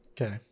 Okay